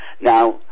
Now